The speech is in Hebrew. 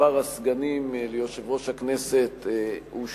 מספר הסגנים ליושב-ראש הכנסת הוא שבעה.